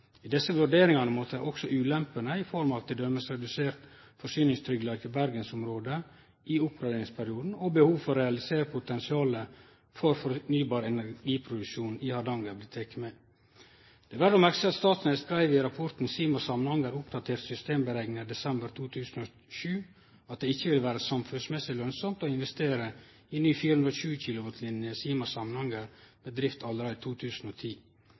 I desse vurderingane måtte også ulempene i form av t.d. redusert forsyningstryggleik i bergensområdet i oppgraderingsperioden og behovet for å realisere potensialet for fornybar energiproduksjon i Hardanger vorte tekne med. Det er verd å merkje seg at Statnett skreiv i rapporten «Sima – Samnanger, oppdaterte systemberegninger desember 2007» at det «ikke vil være samfunnsmessig lønnsomt å investere i en ny 420 kV ledning Sima – Samnanger med idriftsettelse allerede i 2010».